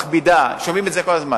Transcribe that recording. רגולציה מכבידה, שומעים את זה כל הזמן.